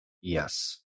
Yes